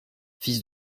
fils